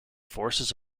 forces